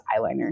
eyeliner